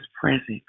present